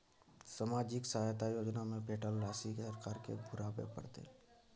सामाजिक सहायता योजना में भेटल राशि सरकार के घुराबै परतै?